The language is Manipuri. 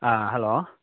ꯑꯥ ꯍꯜꯂꯣ